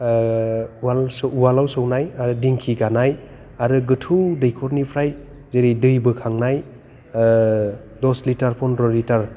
उवाल उवालाव सौनाय आरो दिंखि गानाय आरो गोथौ दैखरनिफ्राय जेरै दै बोखांनाय दस लिटार फन्द्र' लिटार